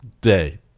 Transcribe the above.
day